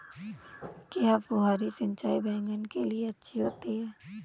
क्या फुहारी सिंचाई बैगन के लिए अच्छी होती है?